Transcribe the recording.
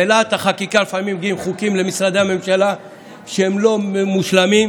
בלהט החקיקה לפעמים מגיעים חוקים למשרדי הממשלה שהם לא מושלמים,